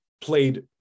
played